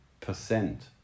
percent